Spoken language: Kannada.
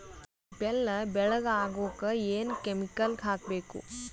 ಬೆಲ್ಲ ಬೆಳಗ ಆಗೋಕ ಏನ್ ಕೆಮಿಕಲ್ ಹಾಕ್ಬೇಕು?